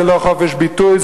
זה לא חופש ביטוי,